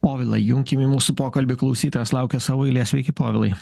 povilą įjunkim į mūsų pokalbį klausytojas laukia savo eilės sveiki povilai